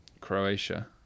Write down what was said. Croatia